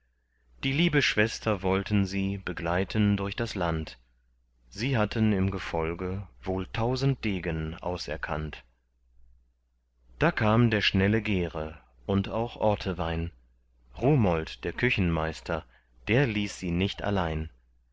die liebe schwester wollten sie begleiten durch das land sie hatten im gefolge wohl tausend degen auserkannt da kam der schnelle gere und auch ortewein rumold der küchenmeister der ließ sie nicht allein